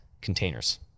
containers